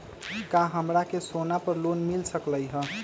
का हमरा के सोना पर लोन मिल सकलई ह?